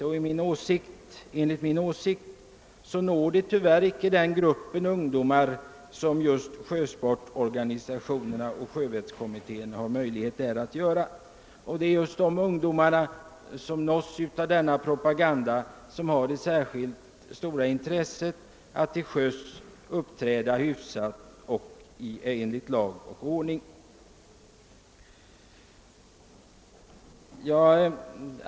Enligt min mening når nämligen propagandan tyvärr inte ut till den grupp ungdomar som sjösportorganisationerna och «<sjövettskommittén skulle kunna nå. Det är just de ungdomar som nåtts av denna propaganda som har det största intresset av att på sjön uppträda hyfsat och i enlighet med lag och ordning.